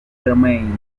germain